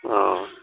ہاں